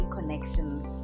Connections